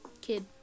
kid